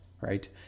right